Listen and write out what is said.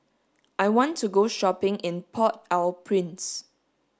I want to go shopping in Port Au Prince